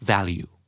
Value